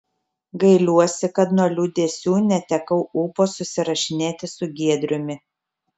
gailiuosi kad nuo liūdesių netekau ūpo susirašinėti su giedriumi